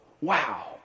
wow